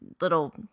little